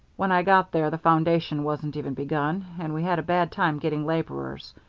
when i got there the foundation wasn't even begun, and we had a bad time getting laborers.